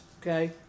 okay